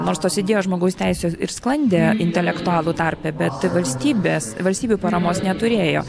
nors tos idėjos žmogaus teisių ir sklandė intelektualų tarpe bet valstybės valstybių paramos neturėjo